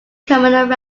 common